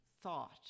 thought